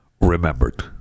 remembered